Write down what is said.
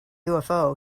ufo